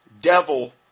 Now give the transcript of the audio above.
devil